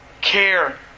care